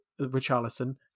Richarlison